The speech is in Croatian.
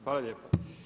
Hvala lijepa.